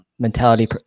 mentality